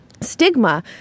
stigma